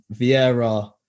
Vieira